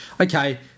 Okay